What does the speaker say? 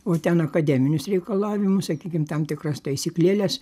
o ten akademinius reikalavimus sakykim tam tikras taisyklėles